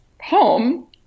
home